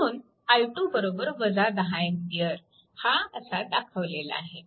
म्हणून i2 10A हा असा दाखवलेला आहे